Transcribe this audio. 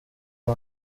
aya